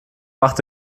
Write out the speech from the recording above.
macht